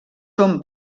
són